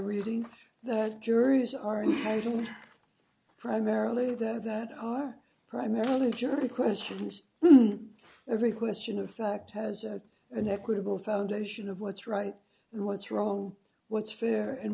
reading that juries are primarily there that are primarily jury questions every question of fact has an equitable foundation of what's right and what's roll what's fair and